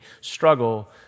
struggle